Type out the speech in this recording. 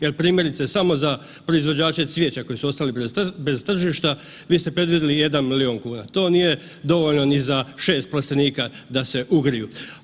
Jer primjerice samo za proizvođače cvijeća koji su ostali bez tržišta vi ste predvidjeli jedan milijun kuna, to nije dovoljno ni za 6 plastenika da se ugriju.